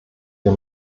ihr